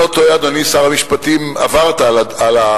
אדוני שר המשפטים, אם אני לא טועה, עברת על זה.